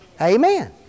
Amen